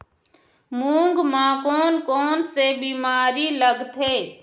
मूंग म कोन कोन से बीमारी लगथे?